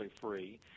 free